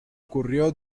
ocurrió